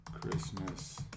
Christmas